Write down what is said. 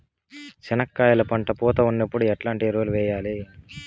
చెనక్కాయలు పంట పూత ఉన్నప్పుడు ఎట్లాంటి ఎరువులు వేయలి?